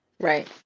Right